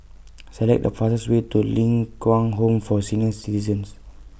Select The fastest Way to Ling Kwang Home For Senior Citizens